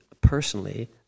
personally